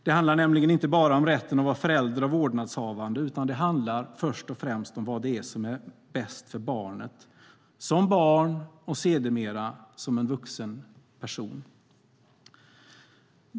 Det handlar nämligen inte bara om rätten att vara förälder och vårdnadshavare, utan det handlar först och främst om vad som är bäst för barnet, som barn och sedermera som en vuxen person.